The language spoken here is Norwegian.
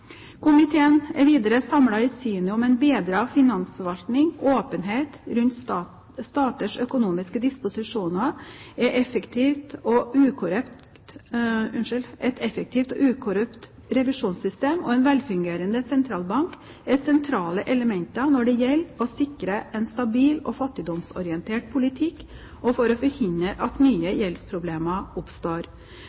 Komiteen er videre samlet i synet på at en bedret finansforvaltning, åpenhet rundt staters økonomiske disposisjoner, et effektivt og ukorrupt revisjonssystem og en velfungerende sentralbank er sentrale elementer når det gjelder å sikre en stabil og fattigdomsorientert politikk, og for å forhindre at nye